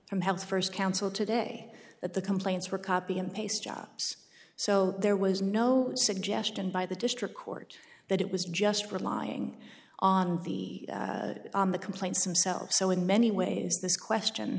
head first counsel today that the complaints were copy and paste jobs so there was no suggestion by the district court that it was just relying on the on the complaints themselves so in many ways this question